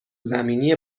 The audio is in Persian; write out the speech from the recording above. زمینی